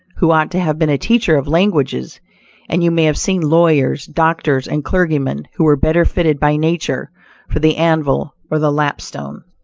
who ought to have been a teacher of languages and you may have seen lawyers, doctors and clergymen who were better fitted by nature for the anvil or the lapstone.